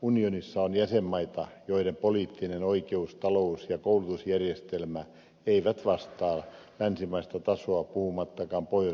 unionissa on jäsenmaita joiden poliittinen oikeus talous ja koulutusjärjestelmä eivät vastaa länsimaista tasoa puhumattakaan pohjoismaista